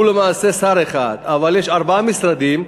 הוא למעשה שר אחד, אבל יש ארבעה משרדים,